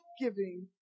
giving